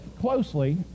closely